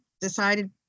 decided